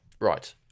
right